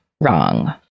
wrong